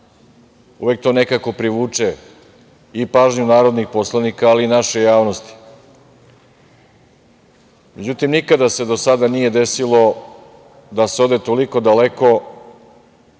uvek to nekako privuče i pažnju narodnih poslanika, ali i naše javnosti. Međutim, nikada se do sada nije desilo da se ode toliko daleko